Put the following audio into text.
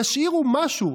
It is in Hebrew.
תשאירו משהו,